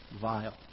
vile